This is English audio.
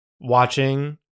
watching